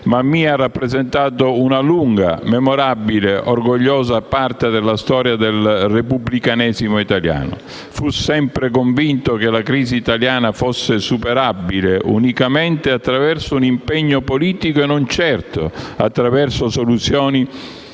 Mammì ha rappresentato una lunga, memorabile, orgogliosa parte della storia del repubblicanesimo italiano. Fu sempre convinto che la crisi italiana fosse superabile unicamente attraverso un impegno politico e non certo attraverso soluzioni